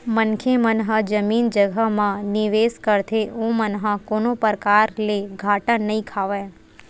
मनखे मन ह जमीन जघा म निवेस करथे ओमन ह कोनो परकार ले घाटा नइ खावय